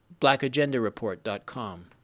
blackagendareport.com